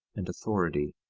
and authority,